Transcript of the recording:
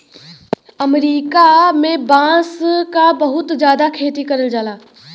अमरीका में बांस क बहुत जादा खेती करल जाला